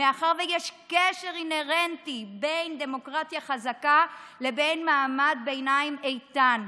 מאחר שיש קשר אינהרנטי בין דמוקרטיה חזקה לבין מעמד ביניים איתן.